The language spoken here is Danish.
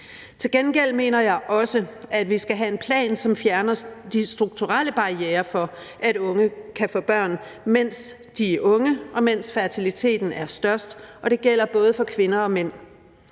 Til gengæld mener jeg også, at vi skal have en plan, som fjerner de strukturelle barrierer for, at unge kan få børn, mens de er unge, og mens fertiliteten er størst. Det gælder både for kvinder og mænd.